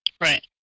Right